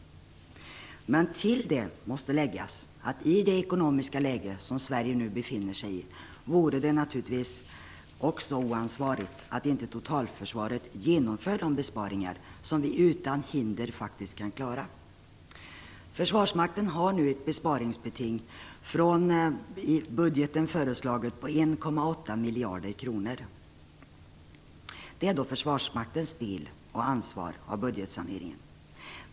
Men till detta måste läggas att det i det ekonomiska läge som Sverige nu befinner sig i vore oansvarigt om totalförsvaret inte genomförde de besparingar som vi utan hinder faktiskt kan klara. Försvarsmakten har nu ett i budgeten föreslaget besparingsbeting om 1,8 miljarder kronor. Det är Försvarsmaktens del av ansvaret för budgetsaneringen.